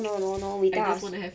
no no no we tell our